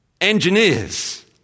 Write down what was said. engineers